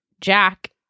Jack